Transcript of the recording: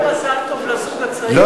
אם תאחל מזל טוב לזוג הצעיר,